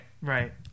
Right